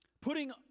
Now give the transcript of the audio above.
putting